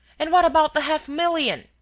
and what about the half-million.